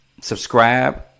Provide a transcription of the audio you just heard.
subscribe